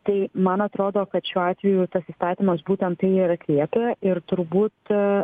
tai man atrodo kad šiuo atveju tas įstatymas būtent tai ir atliepia ir turbūt